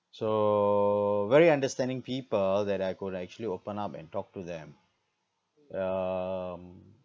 so very understanding people that I could actually open up and talk to them um